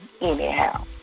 anyhow